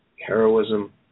heroism